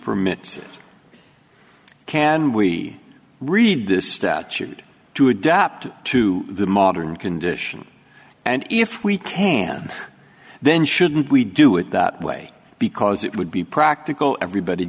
permits can we read this statute to adapt to the modern condition and if we can then shouldn't we do it that way because it would be practical everybody